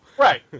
Right